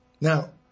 Now